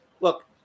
look